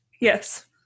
Yes